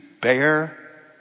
bear